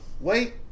Wait